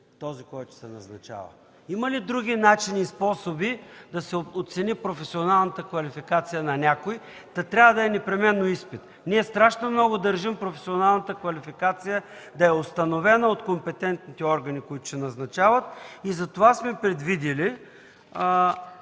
този, който се назначава? Има ли други начини и способи да се оцени професионалната квалификация на някой, та трябва да е непременно изпит? Ние страшно много държим професионалната квалификация да е установена от компетентните органи, които ще назначават, и затова сме предвидили